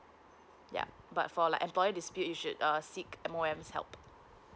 yup but for like employment dispute you should seek M O M help